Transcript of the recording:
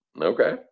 Okay